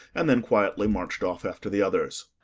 and then quietly marched off after the others.